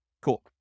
Cool